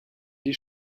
die